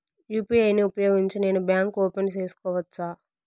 UPI ను ఉపయోగించి నేను బ్యాంకు ఓపెన్ సేసుకోవచ్చా?